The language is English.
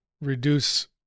reduce